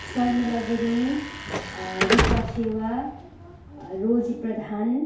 Sarmila Gurung Rupa Sewa Roji Pradhan